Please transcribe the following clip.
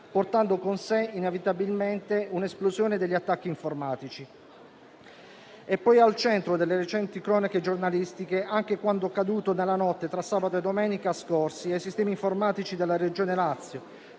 portando con sé inevitabilmente un'esplosione degli attacchi informatici. Al centro delle recenti cronache giornalistiche c'è anche quanto accaduto nella notte tra sabato e domenica scorsi ai sistemi informatici della Regione Lazio,